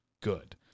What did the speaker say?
good